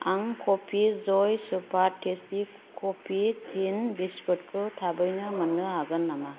आं क'फि जय super tasty coffee टिनस बिस्कुटखौ थाबैनो मोननो हागोन नामा